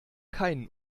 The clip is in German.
keinen